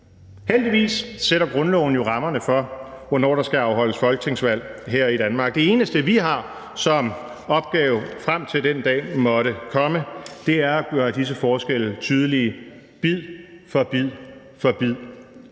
Heldigvis sætter grundloven jo rammerne for, hvornår der skal afholdes folketingsvalg her i Danmark. Det eneste, vi har som opgave, frem til den dag måtte komme, er at gøre disse forskelle tydelige – bid for bid for bid.